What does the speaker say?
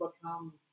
become